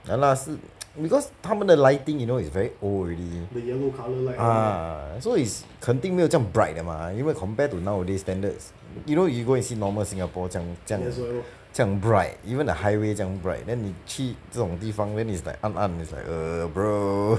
ya lah 是 because 他们的 lighting you know is very old already ah so is 肯定没有这样 bright 的 mah 以为 compare to nowadays standard you know you go and see normal singapore 这样这样这样 bright even the highway 这样 bright then 你去这种地方 then is like 暗暗 is like err bro